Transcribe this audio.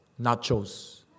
nachos